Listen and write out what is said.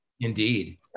Indeed